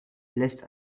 lässt